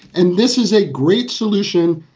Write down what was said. and this is a great solution.